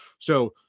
so,